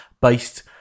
based